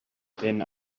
than